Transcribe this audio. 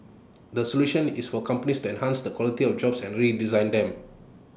the solution is for companies enhance the quality of jobs and redesign them